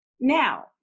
Now